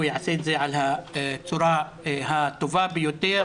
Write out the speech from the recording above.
הוא יעשה את זה על הצד הטוב ביותר.